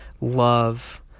love